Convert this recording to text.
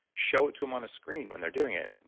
show it to them on a screen when they're doing it.